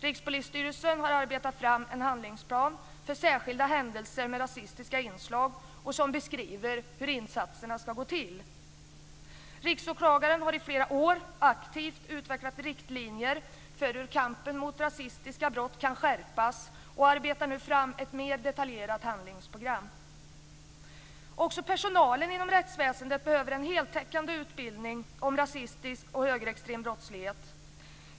Rikspolisstyrelsen har arbetat fram en handlingsplan för särskilda händelser med rasistiska inslag som beskriver hur insatserna ska gå till. Riksåklagaren har i flera år aktivt utvecklat riktlinjer för hur kampen mot rasistiska brott kan skärpas och arbetar nu fram ett mer detaljerat handlingsprogram. Också personalen inom rättsväsendet behöver en heltäckande utbildning om rasistisk och högerextrem brottslighet.